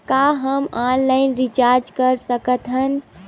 का हम online recharge कर सकत हन?